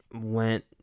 went